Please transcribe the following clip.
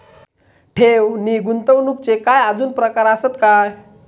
ठेव नी गुंतवणूकचे काय आजुन प्रकार आसत काय?